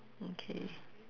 okay